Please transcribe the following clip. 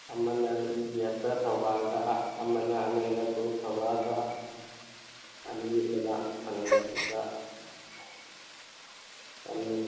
ꯑꯃꯅ ꯊꯧꯕꯥꯜꯗ ꯑꯃꯅ ꯑꯥꯅꯟꯗꯄꯨꯔ ꯊꯧꯕꯥꯜꯗ ꯑꯅꯤ ꯑꯃꯅ ꯑꯥꯅꯟꯗꯄꯨꯔꯗ ꯇꯝꯃꯤ